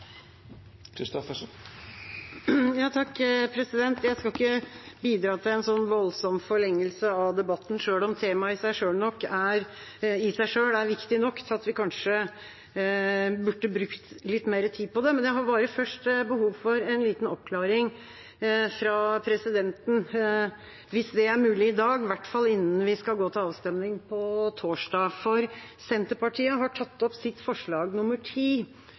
skal ikke bidra til en sånn voldsom forlengelse av debatten, selv om temaet i seg selv er viktig nok til at vi kanskje burde brukt litt mer tid på det. Jeg har bare først behov for en liten oppklaring fra presidenten, hvis det er mulig i dag, i hvert fall innen vi skal gå til avstemning på torsdag: Senterpartiet har tatt opp sitt forslag